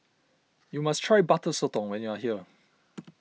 you must try Butter Sotong when you are here